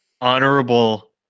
honorable